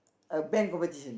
a band competition